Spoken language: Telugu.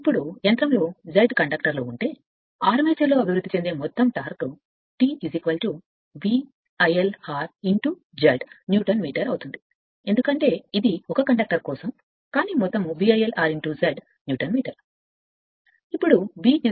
ఇప్పుడు యంత్రంలో Z కండక్టర్లు ఉంటే మొత్తం టార్క్ అభివృద్ధి చెందింది armature Eb IL r Z newton metre అవుతుంది ఎందుకంటే ఇది ఒక కండక్టర్ కోసం కానీ మొత్తం Eb IL r Z newton metre